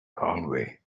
hallway